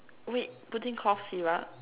wait putting cough syrup